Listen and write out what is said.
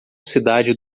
cidade